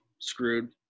screwed